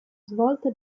svolta